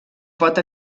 pot